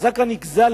הקוזק הנגזל.